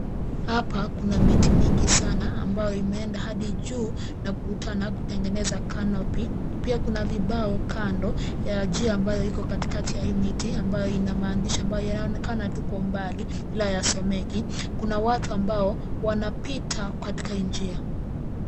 Hapa kuna miti mingi sana ambayo imeenda hadi juu na kukutana kutengeneza canopy pia kuna vibao kando ya njia ambayo iko katikati ya hii miti ambayo ina maandishi ambayo yanaonekana tu kwa mbali , ila hayasomeki. Kuna watu ambao wanapita katika hii njia.